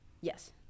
Yes